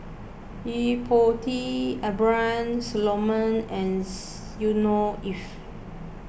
Yo Po Tee Abraham Solomon ands Yusnor Ef